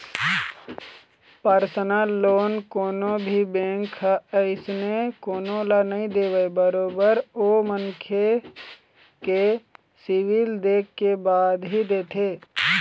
personal loan कोनो भी bank ह अइसने कोनो ल नइ देवय बरोबर ओ मनखे के सिविल देखे के बाद ही देथे